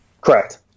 Correct